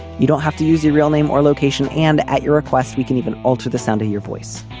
you don't have to use your real name or location and at your request we can even alter the sound of your voice.